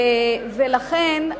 לכן,